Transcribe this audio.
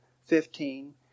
fifteen